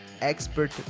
Expert